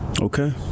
Okay